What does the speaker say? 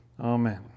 Amen